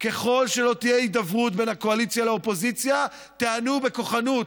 ככל שלא תהיה הידברות בין הקואליציה לאופוזיציה תיענו בכוחנות.